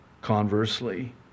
Conversely